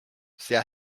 c’est